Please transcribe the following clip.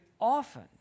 often